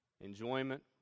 enjoyment